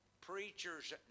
preachers